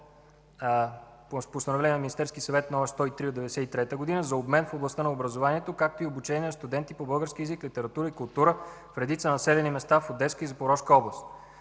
Постановление на Министерския съвет № 103 от 1993 г. за обмен в областта на образованието, както и обучение на студенти по български език, литература и култура в редица населени места в Одеска и Запорожка области.